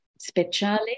Speciale